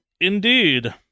Indeed